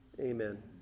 amen